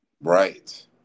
Right